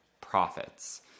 profits